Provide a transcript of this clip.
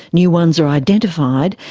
new ones are identified,